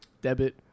debit